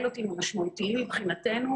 מאוד משמעותית.